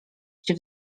się